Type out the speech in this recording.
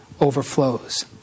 overflows